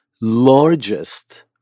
largest